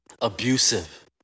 abusive